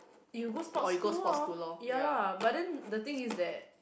you go sport school lah ya lah but then the thing is that